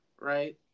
right